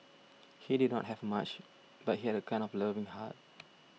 he did not have much but he had a kind of loving heart